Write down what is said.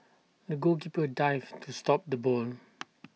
the goalkeeper dived to stop the ball